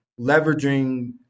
leveraging